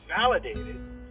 validated